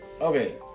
Okay